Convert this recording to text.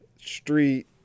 Street